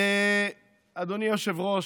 אדוני היושב-ראש,